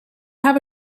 have